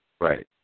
Right